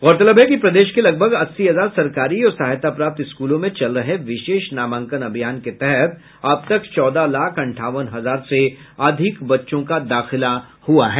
गैरतलब है कि प्रदेश के लगभग अस्सी हजार सरकारी और सहायता प्राप्त स्कूलों में चल रहे विशेष नामांकन अभियान के तहत अब तक चौदह लाख अंठावन हजार से अधिक बच्चों का दाखिला हुआ है